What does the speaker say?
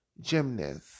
Gymnast